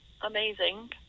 amazing